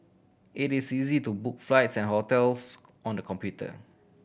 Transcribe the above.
it is easy to book flights and hotels on the computer